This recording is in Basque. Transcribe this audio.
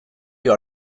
dio